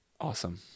awesome